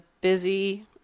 busy